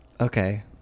Okay